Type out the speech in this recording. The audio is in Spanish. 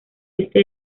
este